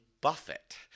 Buffett